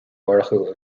murchú